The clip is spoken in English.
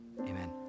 Amen